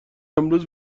امروز